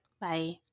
bye